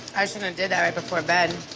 i shouldna did that right before bed.